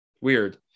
Weird